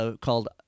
called